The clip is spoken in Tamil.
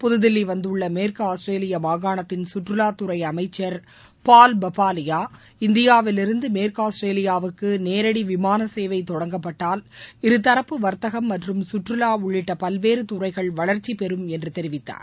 புதுதில்லி வந்துள்ள மேற்கு ஆஸ்திரேலிய மாகாணத்தின் கற்றுவாத்துறை அமைச்சர் பால் பப்பாலியா இந்தியாவில் இருந்து மேற்கு ஆஸ்திரேலியாவுக்கு நேரடி விமாள சேவை தொடங்கப்பட்டால் இருதூப்பு வர்த்தகம் மற்றும் சுற்றுலா உள்ளிட்ட பல்வேறு துறைகள் வளர்ச்சி பெரும் என்றும் தெரிவித்தார்